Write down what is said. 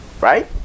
right